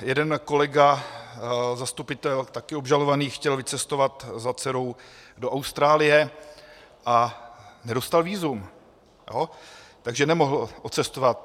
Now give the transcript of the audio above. Jeden kolega zastupitel, taky obžalovaný, chtěl vycestovat za dcerou do Austrálie, nedostal vízum, takže nemohl odcestovat.